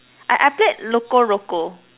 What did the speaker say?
I I played Loco-Roco